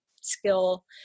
skill